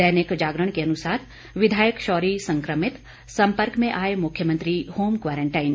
दैनिक जागरण के अनुसार विधायक शौरी संकमित संपर्क में आए मुख्यमंत्री होम क्वारंटाइन